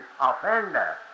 offender